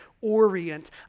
orient